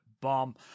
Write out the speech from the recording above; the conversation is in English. bomb